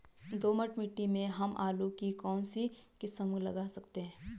दोमट मिट्टी में हम आलू की कौन सी किस्म लगा सकते हैं?